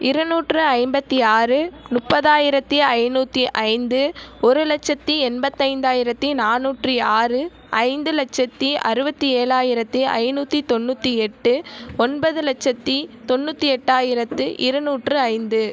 இரநூற்று ஐம்பத்தி ஆறு முப்பத்தியிரத்தி ஐநூற்றி ஐந்து ஒரு லட்சத்தி எண்பத்தைந்தாயிரத்தி நானூற்றி ஆறு ஐந்து லட்சத்தி அறுபவத்தேழாயிரத்தி ஐநூற்றி தொண்ணூத்தி எட்டு ஒன்பது லட்சத்தி தொண்ணூத்தி எட்டாயிரத்து இரநூற்று ஐந்து